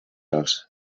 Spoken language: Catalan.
els